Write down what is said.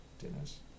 Dinners